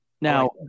Now